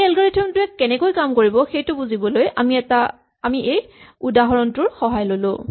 এই এলগৰিথম টোৱে কেনেদৰে কাম কৰিব সেইটো বুজিবলৈ আমি এই উদাহৰণটোৰ সহায় ল'লো